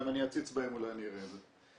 אולי אם אני אציץ בהן אני אראה את זה.